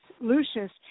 Lucius